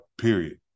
period